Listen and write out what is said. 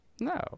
No